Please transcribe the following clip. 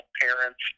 parents